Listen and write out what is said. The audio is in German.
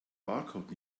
barcode